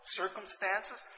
circumstances